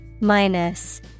Minus